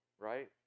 right